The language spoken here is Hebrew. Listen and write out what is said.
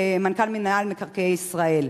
מנכ"ל מינהל מקרקעי ישראל: